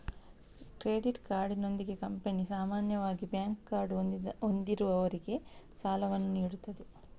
credit ಕಾರ್ಡಿನೊಂದಿಗೆ company ಸಾಮಾನ್ಯವಾಗಿ bank card ಹೊಂದಿರುವವರಿಗೆ ಸಾಲವನ್ನು ನೀಡುತ್ತದೆ